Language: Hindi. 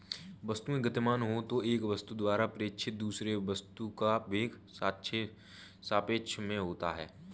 वस्तुएं गतिमान हो तो एक वस्तु द्वारा प्रेक्षित दूसरे वस्तु का वेग सापेक्ष में होता है